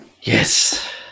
Yes